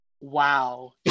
wow